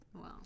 Wow